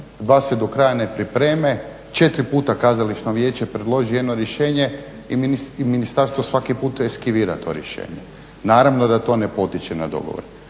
2 se do kraja ne pripreme, 4 puta Kazališno vijeće predloži jedno rješenje i ministarstvo svaki puta eskivira to rješenje. Naravno da to ne potiče na dogovor.